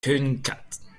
kumquat